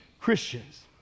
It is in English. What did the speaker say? Christians